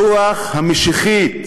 הרוח המשיחית